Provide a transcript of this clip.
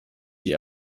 sie